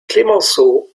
clemenceau